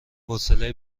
حوصله